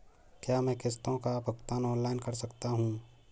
क्या मैं किश्तों का भुगतान ऑनलाइन कर सकता हूँ?